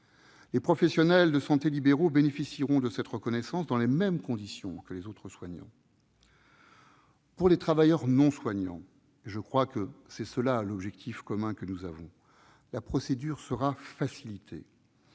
Les professionnels de santé libéraux bénéficieront de cette reconnaissance dans les mêmes conditions que les autres soignants. Pour les travailleurs non soignants- je crois que c'est notre objectif commun -, la procédure sera facilitée.